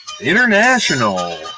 International